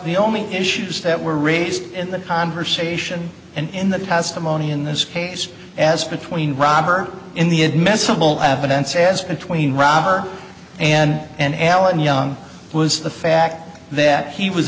the only issues that were raised in that conversation and in the past i'm only in this case as between rob or in the admissible evidence as between robber and alan young was the fact that he was